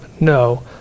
no